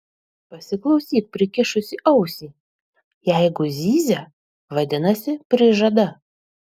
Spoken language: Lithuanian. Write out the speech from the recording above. pasiklausyk prikišusi ausį jeigu zyzia vadinasi prižada